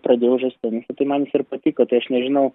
pradėjau žaist tenisą tai man jis ir patiko tai aš nežinau